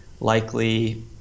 likely